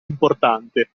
importante